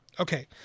Okay